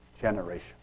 generation